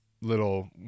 little